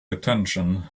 attention